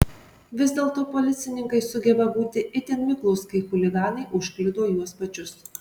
vis dėlto policininkai sugeba būti itin miklūs kai chuliganai užkliudo juos pačius